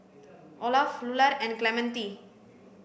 Olaf Lular and Clemente